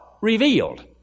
revealed